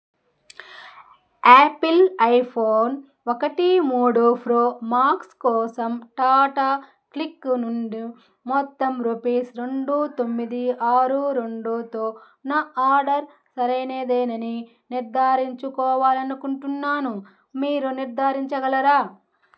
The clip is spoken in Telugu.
ఆపిల్ ఐఫోన్ ఒకటి మూడు ప్రో మాక్స్ కోసం టాటా క్లిక్ నుండి మొత్తం రూపీస్ రెండు తొమ్మిది ఆరు రెండుతో నా ఆర్డర్ సరైనదేనని నిర్ధారించుకోవాలి అనుకుంటున్నాను మీరు నిర్ధారించగలరా